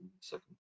second